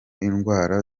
indwara